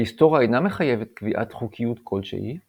ההיסטוריה אינה מחייבת קביעת חוקיות כלשהי,